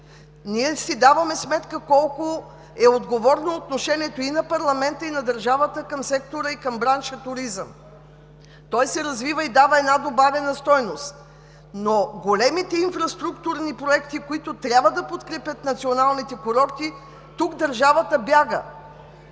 курорти. Даваме си сметка колко е отговорно отношението и на парламента, и на правителството към сектора и към бранша „Туризъм“. Той се развива и дава една добавена стойност. Но големите инфраструктурни проекти, които трябва да подкрепят националните курорти, тук държавата бяга.